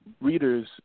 readers